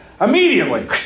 immediately